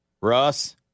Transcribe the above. Russ